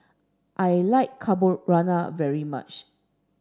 I like Carbonara very much